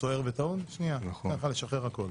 סוער וטעון, תכף תשחרר הכול.